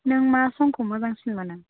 नों मा संखौ मोजांसिन मोनो